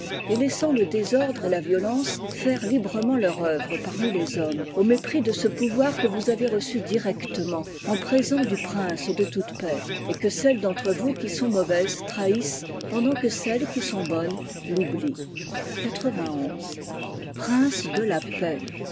et laissant le désordre et la violence faire librement leur œuvre parmi les hommes au mépris de ce pouvoir que vous avez reçu directement en présent du prince de toute paix et que celles d'entre vous qui sont mauvaises trahissent pendant que celles qui sont bonnes l'oublient gr prince de la paix